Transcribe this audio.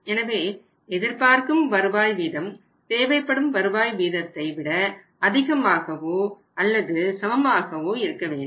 எனவே எதிர்பார்க்கும் வருவாய் வீதம் தேவைப்படும் வருவாய் வீதத்தை விட அதிகமாகவோ அல்லது சமமாக இருக்க வேண்டும்